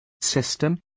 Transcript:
System